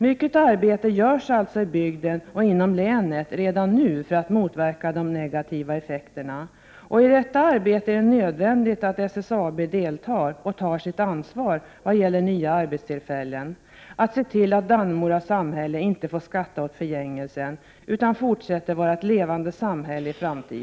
Mycket arbete görs alltså redan nu i bygden och inom länet för att motverka de negativa effekterna, och i detta arbete är det nödvändigt att SSAB deltar och tar sitt ansvar i vad gäller nya arbetstillfällen och för att se till att Dannemora samhälle inte får skatta åt förgängelsen utan fortsätter vara ett levande samhälle.